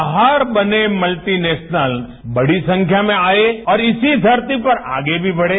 बाहर बने मल्टीनेशनल्स बड़ीसंख्या में आए और इसी धरती पर आगे भी बढे